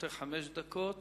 לרשותך חמש דקות.